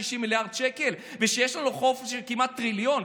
מיליארד שקל ויש לנו חוב של כמעט טריליון?